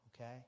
Okay